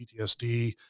PTSD